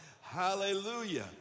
Hallelujah